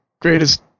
greatest